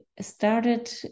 started